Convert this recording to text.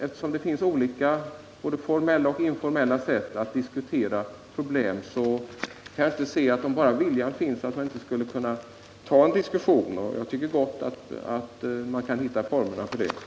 Eftersom det finns både formella och informella sätt att diskutera problem på kan jag inte se annat än att man skulle kunna ta en diskussion, om bara viljan fanns.